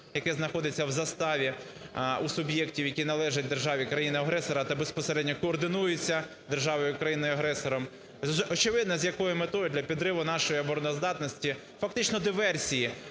яке знаходиться в заставі у суб'єктів, які належать державі країни-агресора та безпосередньо координуються державою країною-агресором. Очевидно з якою метою – для підриву нашої обороноздатності, фактично диверсії